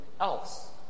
else